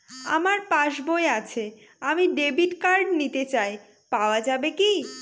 আমার পাসবই আছে আমি ডেবিট কার্ড নিতে চাই পাওয়া যাবে কি?